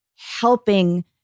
helping